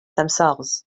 themselves